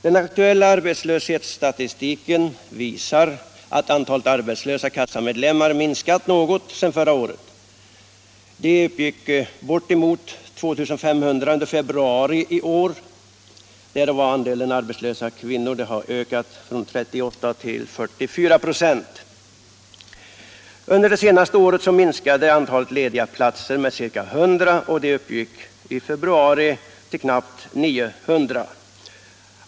Den aktuella arbetslöshetsstatistiken visar att antalet arbetslösa kassamedlemmar minskat något sedan förra året. Antalet uppgick till bortemot 2 500 under februari månad i år. Andelen arbetslösa kvinnor har dock ökat från 38 till 44 96. Under senaste året minskade antalet lediga platser med ca 100 och uppgick i februari i år till knappt 900.